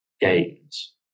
gains